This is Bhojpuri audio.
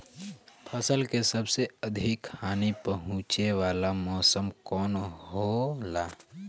फसल के सबसे अधिक हानि पहुंचाने वाला मौसम कौन हो ला?